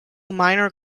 minor